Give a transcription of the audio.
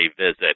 visit